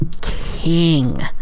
king